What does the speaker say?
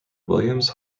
williams